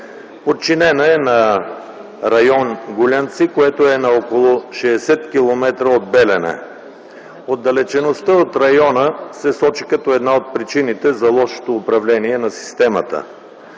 Подчинена е на район Гулянци, което е на около 60 км от Белене. Отдалечеността от района се сочи като една от причините за лошото управление на системата.